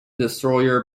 destroyer